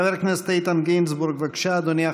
חבר הכנסת איתן גינזבורג, בבקשה, אדוני.